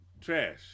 trash